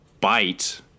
Bite